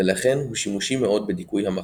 ולכן הוא שימושי מאוד בדיכוי המחלה.